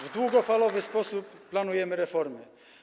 W długofalowy sposób planujemy reformy.